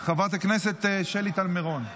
חברת הכנסת שלי טל מירון,